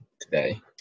today